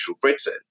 Britain